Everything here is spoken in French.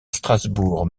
strasbourg